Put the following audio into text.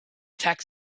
tax